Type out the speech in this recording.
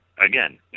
again